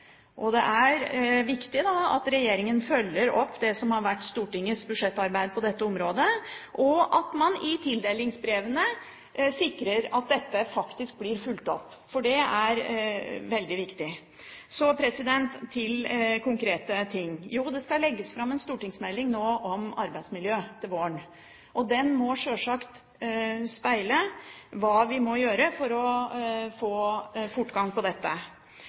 Det er viktig at regjeringen følger opp Stortingets budsjettarbeid på dette området, og at man i tildelingsbrevene sikrer at dette faktisk blir fulgt opp, for det er veldig viktig. Så til konkrete ting. Det skal legges fram en stortingsmelding om arbeidsmiljø til våren. Den må sjølsagt speile hva vi må gjøre for å få fortgang i dette.